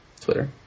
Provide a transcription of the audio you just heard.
Twitter